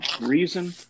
reason